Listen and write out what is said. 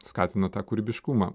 skatina tą kūrybiškumą